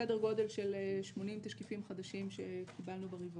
סדר גודל של 80 תשקיפים חדשים שקיבלנו ברבעון.